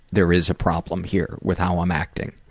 there is a problem here with how i'm acting.